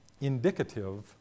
indicative